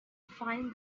find